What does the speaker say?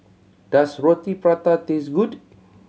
does Roti Prata taste good